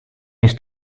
mis